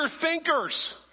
thinkers